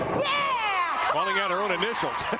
yeah! well, we got her initials.